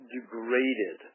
degraded